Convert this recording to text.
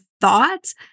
thoughts